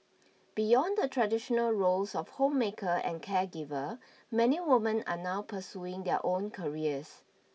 beyond the traditional roles of homemaker and caregiver many woman are now pursuing their own careers